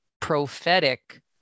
prophetic